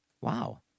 Wow